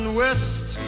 west